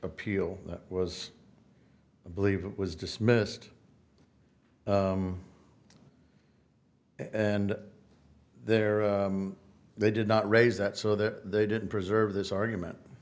appeal was believe it was dismissed and there they did not raise that so that they didn't preserve this argument